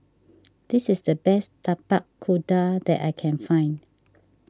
this is the best Tapak Kuda that I can find